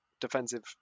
defensive